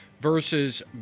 versus